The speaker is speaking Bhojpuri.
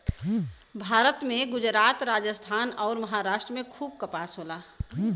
भारत में गुजरात, राजस्थान अउर, महाराष्ट्र में खूब कपास होला